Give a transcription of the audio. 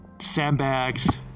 sandbags